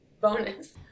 bonus